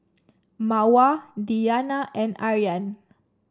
Mawar Diyana and Aryan